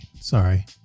sorry